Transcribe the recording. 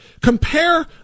Compare